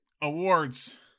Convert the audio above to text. awards